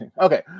Okay